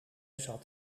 zat